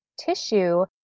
tissue